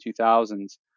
2000s